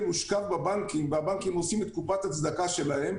שוכבים בבנקים והבנקים עושים את קופת הצדקה שלהם.